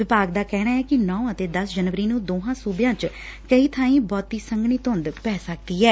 ਵਿਭਾਗ ਦਾ ਕਹਿਣੈ ਕਿ ਨੌ ਅਤੇ ਦਸ ਜਨਵਰੀ ਨੂੰ ਦੋਹਾਂ ਸੁਬਿਆਂ ਚ ਕਈ ਬਾਈਂ ਬਹੁਤ ਸੰਘਣੀ ਧੂੰਦ ਪੈ ਸਕਦੀ ਐ